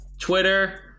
Twitter